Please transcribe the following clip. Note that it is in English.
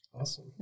awesome